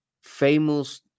famous